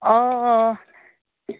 অঁ